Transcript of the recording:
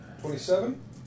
Twenty-seven